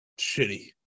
shitty